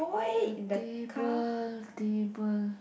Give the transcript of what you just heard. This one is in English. table table